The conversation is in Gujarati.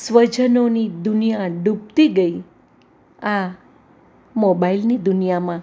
સ્વજનોની દુનિયા ડૂબતી ગઈ આ મોબાઇલની દુનિયામાં